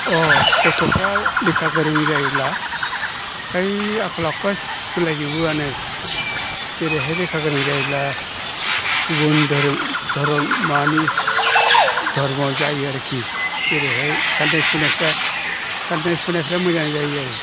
अ गथ'फ्रा लेखा गोरों जायोब्ला फ्राय आखल आखुआ सोलायजोबो आनो जेरैहाय लेखा गोरों जायोब्ला गुबुन धोरोम धरम माबानि धर्म जायो आरखि जेरैहाय सानाय हनायफ्रा सानाय हनायफ्रा मोजां जायो आरो